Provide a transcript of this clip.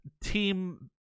team